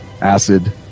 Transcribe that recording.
acid